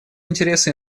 интересы